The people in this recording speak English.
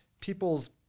people's